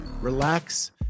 relax